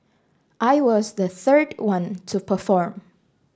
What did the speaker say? I was the third one to perform